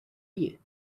you